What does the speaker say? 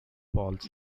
falls